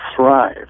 thrive